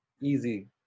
easy